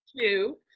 two